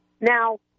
Now